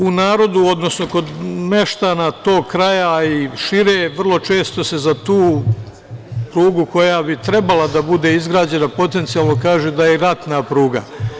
U narodu, odnosno kod meštana tog kraja i šire vrlo često se za tu prugu koja bi trebala da bude izgrađena potencijalno kaže da je i ratna pruga.